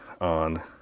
on